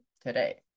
today